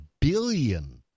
billion